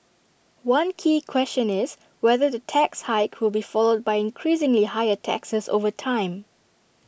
one key question is whether the tax hike will be followed by increasingly higher taxes over time